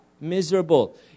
Miserable